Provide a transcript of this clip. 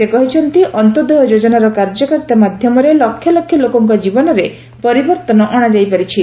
ସେ କହିଛନ୍ତି ଅନ୍ତୋଦୟ ଯୋଜନାର କାର୍ଯ୍ୟକାରିତା ମାଧ୍ୟମରେ ଲକ୍ଷଲକ୍ଷ କୋକଙ୍କ ଜୀବନରେ ପରିବର୍ତନ ଆଣାଯାଇ ପାରିଛି